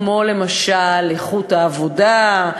כמו למשל איכות העבודה,